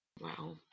Wow